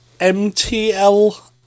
MTL